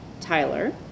Tyler